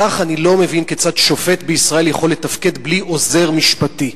כך אני לא מבין כיצד שופט בישראל יכול לתפקד בלי עוזר משפטי.